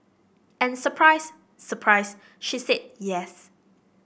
and surprise surprise she said yes